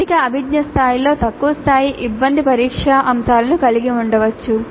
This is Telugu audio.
అధిక అభిజ్ఞా స్థాయిలలో తక్కువ స్థాయి ఇబ్బంది పరీక్షా అంశాలను కలిగి ఉండవచ్చు